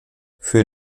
für